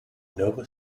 nova